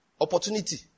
Opportunity